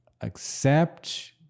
accept